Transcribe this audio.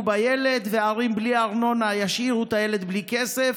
בילד וערים בלי ארנונה ישאירו את הילד בלי כסף.